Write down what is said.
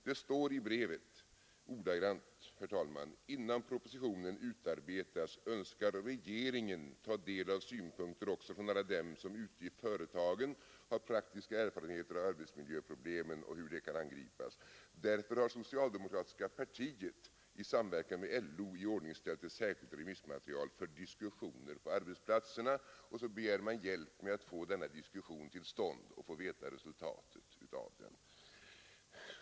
Det står sålunda ordagrant i brevet: ”Innan propositionen utarbetas önskar regeringen ta del av synpunkter också från alla dem som ute i företagen har praktiska erfarenheter av arbetsmiljöprobemen och hur de kan angripas. Därför har socialdemokratiska partiet i samverkan med LO iordningställt ett särskilt remissmaterial för diskussioner på arbetsplatserna.” Och så begär man hjälp med att få sådana diskussioner till stånd och att få veta resultatet av dem.